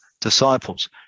disciples